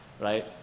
Right